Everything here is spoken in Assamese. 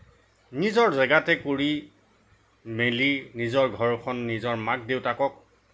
নিজৰ জেগাতে কৰি মেলি নিজৰ ঘৰখন নিজৰ মাক দেউতাকক